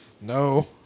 No